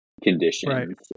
conditions